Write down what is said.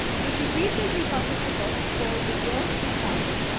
so she recently published a book called the year two thousand,